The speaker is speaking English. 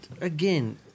again